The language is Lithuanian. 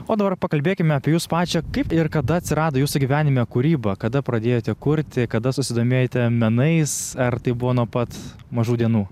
o dabar pakalbėkime apie jus pačią kaip ir kada atsirado jūsų gyvenime kūryba kada pradėjote kurti kada susidomėjote menais ar tai buvo nuo pat mažų dienų